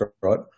right